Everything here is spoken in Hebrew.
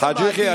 חאג' יחיא,